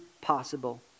possible